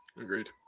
agreed